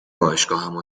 باشگاهمو